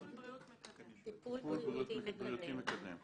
טיפול בריאותי מקדם.